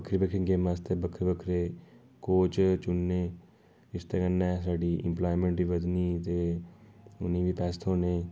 बक्खरी बक्खरी गैमें आस्तै बक्खरे बक्खरे कोच चुनने इसदे कन्नै साढ़ी इंपलाएमेंट बी बधनी ते उ'नेंगी पैहेथ्होने